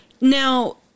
now